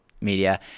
media